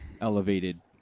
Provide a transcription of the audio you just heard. elevated